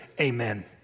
amen